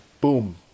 boom